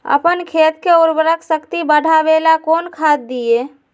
अपन खेत के उर्वरक शक्ति बढावेला कौन खाद दीये?